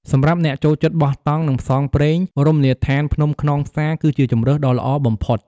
សម្រាប់អ្នកចូលចិត្តបោះតង់ និងផ្សងព្រេង រមណីយដ្ឋានភ្នំខ្នងផ្សារ គឺជាជម្រើសដ៏ល្អបំផុត។